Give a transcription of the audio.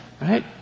right